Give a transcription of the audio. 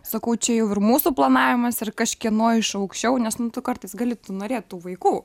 sakau čia jau ir mūsų planavimas ir kažkieno iš aukščiau nes nu tu kartais gali norėt tų vaikų